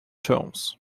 terms